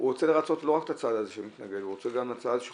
נמצאים במקום טוב, אנחנו